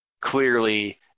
clearly